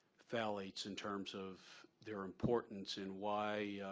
phthalates in terms of their importance and why